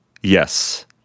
Yes